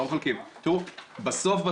הנושא של